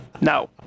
no